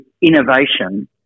innovation